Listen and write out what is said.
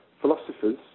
Philosophers